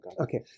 Okay